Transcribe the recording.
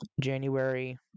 January